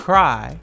Cry